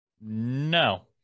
no